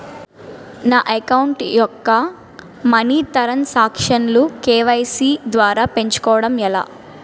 నా అకౌంట్ యెక్క money transaction లు కే.వై.సీ ద్వారా పెంచుకోవడం ఎలా?